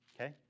Okay